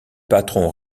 patron